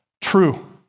True